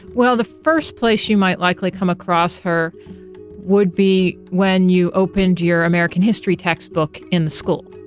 well the first place you might likely come across her would be when you opened your american history textbook in school.